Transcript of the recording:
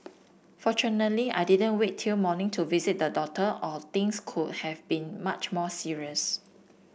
fortunately I didn't wait till morning to visit the doctor or things could have been much more serious